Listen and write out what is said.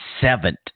seventh